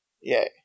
Yay